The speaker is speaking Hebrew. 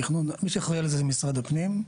שאחראי על זה זה משרד הפנים.